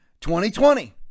2020